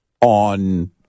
On